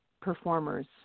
performers